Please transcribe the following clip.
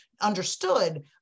understood